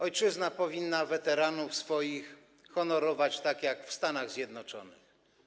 Ojczyzna powinna weteranów swoich honorować tak jak w Stanach Zjednoczonych.